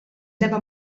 never